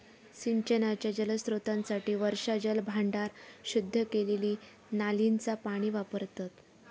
सिंचनाच्या जलस्त्रोतांसाठी वर्षाजल भांडार, शुद्ध केलेली नालींचा पाणी वापरतत